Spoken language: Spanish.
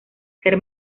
ser